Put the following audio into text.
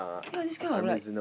ya this kind of like